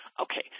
okay